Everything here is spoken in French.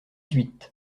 huit